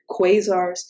quasars